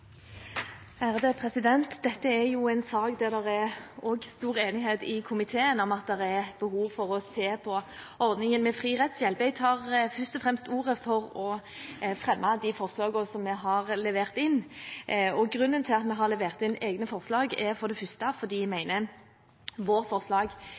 Dette er en sak der det er stor enighet også i komiteen om at det er behov for å se på ordningen med fri rettshjelp. Jeg tar ordet først og fremst for å fremme de forslagene vi har levert inn. Grunnen til at vi har levert inn egne forslag, er for det første at vi mener at våre forslag